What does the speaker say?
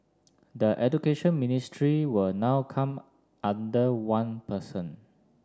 the Education Ministry will now come under one person